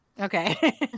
Okay